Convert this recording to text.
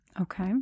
Okay